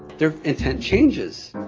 their intent changes